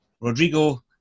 Rodrigo